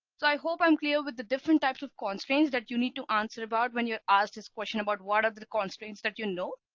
so i hope i'm clear with the different types of constraints that you need to answer about when you're asked his question about what are the the constraints that you know,